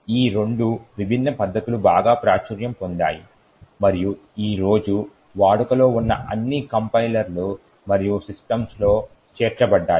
ఈ రెండు విభిన్న పద్ధతులు బాగా ప్రాచుర్యం పొందాయి మరియు ఈ రోజు వాడుకలో ఉన్న అన్ని కంపైలర్లు మరియు సిస్టమ్స్లో చేర్చబడ్డాయి